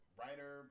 writer